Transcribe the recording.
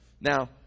Now